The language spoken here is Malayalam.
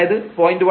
അതായത് 0